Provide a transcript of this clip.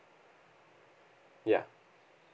ya